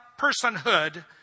personhood